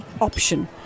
option